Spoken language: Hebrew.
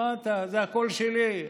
זה הכול שלי,